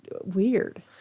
weird